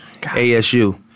ASU